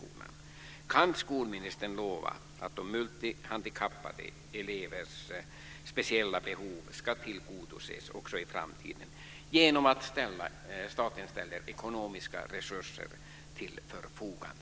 Och kan skolministern lova att multihandikappade elevers speciella behov ska tillgodoses också i framtiden genom att staten ställer ekonomiska resurser till förfogande?